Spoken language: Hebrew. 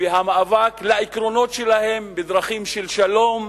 ואת המאבק על העקרונות שלהן בדרכים של שלום,